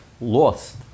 lost